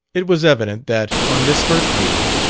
it was evident that, on this first meeting,